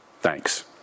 Thanks